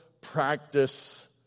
practice